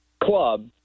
club